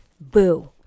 Boo